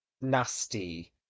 nasty